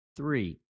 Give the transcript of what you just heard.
Three